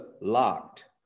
locked